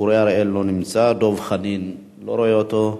אורי אריאל, לא נמצא, דב חנין, אני לא רואה אותו,